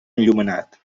enllumenat